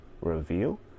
reveal